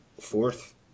fourth